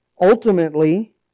Ultimately